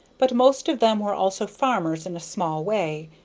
but most of them were also farmers in a small way,